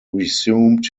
resumed